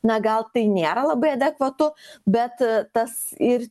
na gal tai nėra labai adekvatu bet tas ir